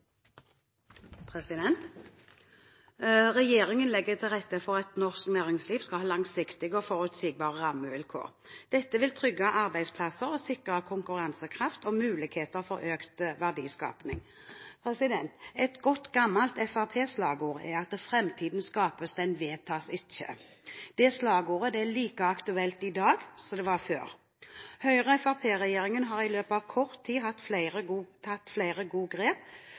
fra. Regjeringen legger til rette for at norsk næringsliv skal ha langsiktige og forutsigbare rammevilkår. Dette vil trygge arbeidsplasser og sikre konkurransekraft og muligheter for økt verdiskaping. Et godt, gammelt fremskrittspartislagord er at «Fremtiden skapes, den vedtas ikke». Det slagordet er like aktuelt i dag som før. Høyre–Fremskrittspartiet-regjeringen har i løpet av kort tid tatt flere gode grep